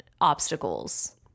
obstacles